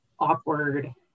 awkward